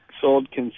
sold